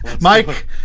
Mike